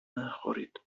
نخورید